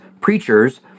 preachers